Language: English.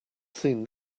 seen